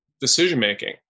decision-making